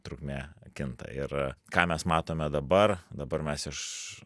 trukmė kinta ir ką mes matome dabar dabar mes iš